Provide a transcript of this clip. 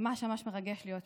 ממש ממש מרגש להיות פה.